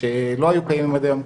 שלא היו קיימים עד היום,